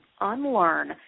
unlearn